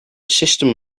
system